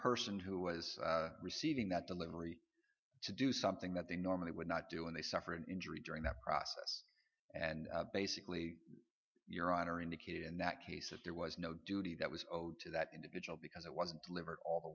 person who was receiving that delivery to do something that they normally would not do and they suffered an injury during that process and basically your honor indicated in that case that there was no duty that was owed to that individual because it wasn't delivered all the